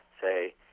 say